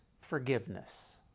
forgiveness